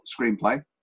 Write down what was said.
Screenplay